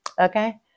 Okay